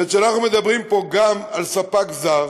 אנחנו מדברים פה גם על ספק זר,